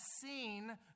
seen